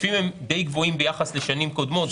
ההיקפים הם די גבוהים ביחס לשנים קודמות.